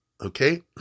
okay